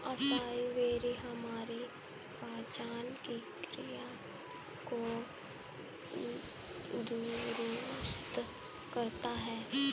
acai berry हमारी पाचन क्रिया को दुरुस्त करता है